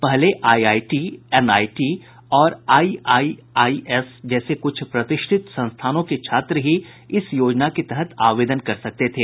पहले IIT NIT और IIIS जैसे कुछ प्रतिष्ठित संस्थानों के छात्र ही इस योजना के तहत आवेदन कर सकते थे